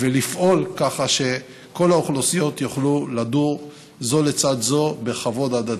ולפעול ככה שכל האוכלוסיות יוכלו לדור זו לצד זו בכבוד הדדי.